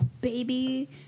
baby